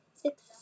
six